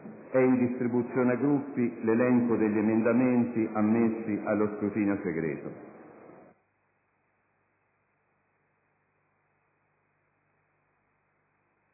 È in distribuzione ai Gruppi l'elenco degli emendamenti ammessi allo scrutinio segreto.